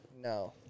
No